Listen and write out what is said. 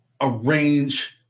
arrange